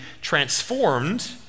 transformed